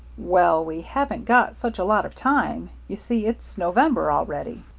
well, we haven't got such a lot of time. you see, it's november already.